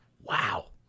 Wow